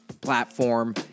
platform